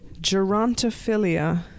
Gerontophilia